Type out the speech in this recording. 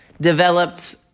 developed